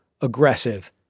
aggressive